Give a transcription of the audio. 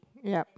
ya